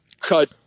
cut